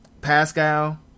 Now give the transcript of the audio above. Pascal